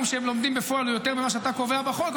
שהם לומדים בפועל הוא יותר ממה שאתה קובע בחוק,